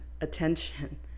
attention